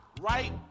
right